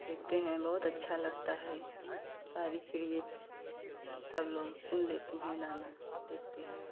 देखते हैं बहुत अच्छा लगता है सारी चिड़िया सब लोग चुन लेती हैं दाना देखते हैं